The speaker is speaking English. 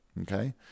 okay